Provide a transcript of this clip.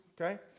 Okay